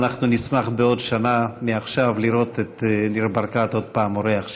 אנחנו נשמח בעוד שנה מעכשיו לראות את ניר ברקת עוד פעם אורח שלנו.